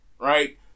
right